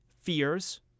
fears